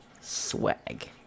Swag